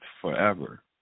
forever